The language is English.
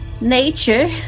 Nature